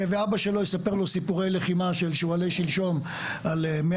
ואבא שלו יספר לו סיפורי לחימה של שועלי שמשון על 100